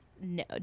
no